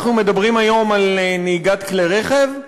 אנחנו מדברים היום על נהיגת כלי רכב,